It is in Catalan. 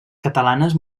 catalanes